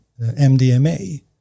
MDMA